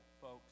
folks